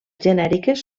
genèriques